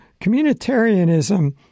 communitarianism